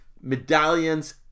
medallions